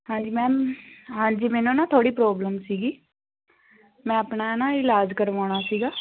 ਹਾਂਜੀ ਮੈਮ ਹਾਂਜੀ ਮੈਨੂੰ ਨਾ ਥੋੜ੍ਹੀ ਪ੍ਰੋਬਲਮ ਸੀਗੀ ਮੈਂ ਆਪਣਾ ਨਾ ਇਲਾਜ ਕਰਵਾਉਣਾ ਸੀਗਾ